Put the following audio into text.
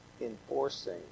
enforcing